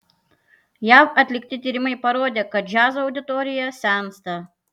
jav atlikti tyrimai parodė kad džiazo auditorija sensta